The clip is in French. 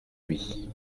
lui